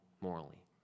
morally